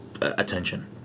attention